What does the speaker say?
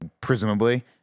presumably